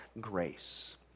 grace